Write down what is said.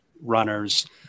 runners